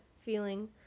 feeling